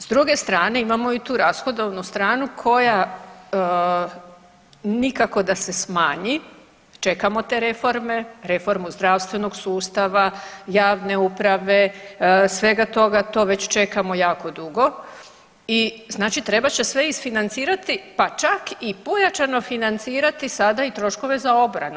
S druge strane imamo i tu rashodovnu stranu koja nikako da se smanji, čekamo te reforme, reformu zdravstvenog sustava, javne uprave svega toga to već čekamo jako dugo i znači trebat će sve isfinancirati pa čak i pojačano financirati sada i troškove za obranu.